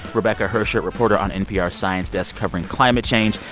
rebecca hersher, reporter on npr's science desk covering climate change,